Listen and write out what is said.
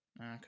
Okay